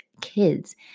kids